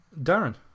Darren